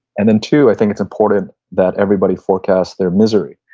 and then two, i think it's important that everybody forecast their misery.